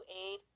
aid